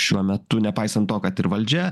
šiuo metu nepaisant to kad ir valdžia